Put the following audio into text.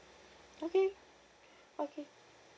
okay okay